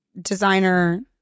designer